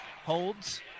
Holds